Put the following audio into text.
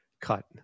cut